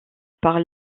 par